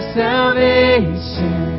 salvation